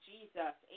Jesus